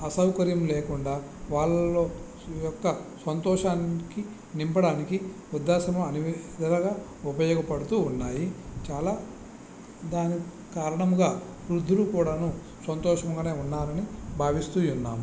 అసౌకర్యం లేకుండా వాళ్ళ యొక్క సంతోషానికి నింపడానికి వృద్ధాశ్రమం అన్ని విధాలుగా ఉపయోగపడుతూ ఉన్నాయి చాలా దానికి కారణముగా వృద్దులు కూడాను సంతోషముగానే ఉన్నారని భావిస్తున్నాము